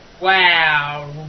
Wow